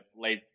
late